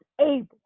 able